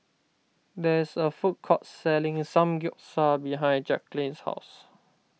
there is a food court selling Samgyeopsal behind Jackeline's house